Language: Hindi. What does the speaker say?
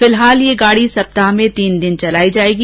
फिलहाल यह गाडी सप्ताह में तीन दिन चलाई जाएगी